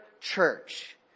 church